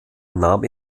nahm